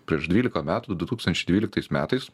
prieš dvylika metų du du tūkstančiai dvyliktais metais